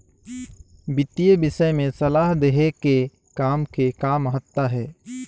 वितीय विषय में सलाह देहे के काम के का महत्ता हे?